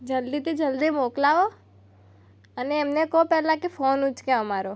જલ્દીથી જલ્દી મોકલાવો અને એમને કહો પહેલાં કે ફોન ઉચકે અમારો